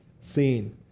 seen